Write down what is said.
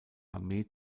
armee